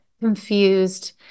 confused